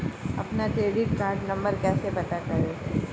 अपना credit card number कैसे पता करें?